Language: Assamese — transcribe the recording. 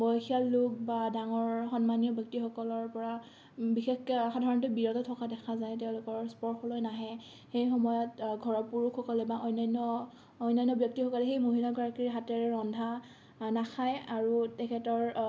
বয়সীয়াল লোক বা ডাঙৰ সন্মানীয় ব্যক্তিসকলৰ পৰা বিশেষকে সাধাৰণতে বিৰত থকা দেখা যায় তেওঁলোকৰ স্পৰ্শলৈ নাহে সেইসময়ত ঘৰৰ পুৰুষসকলে বা অন্যান্য অন্যান্য ব্যক্তিসকলে সেই মহিলাগৰাকীৰ হাতেৰে ৰন্ধা নাখায় আৰু তেখেতৰ